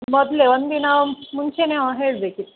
ಮೊದಲೆ ಒಂದಿನ ಮುಂಚೆ ಓ ಹೇಳ್ಬೇಕಿತ್ತು